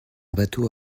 bateau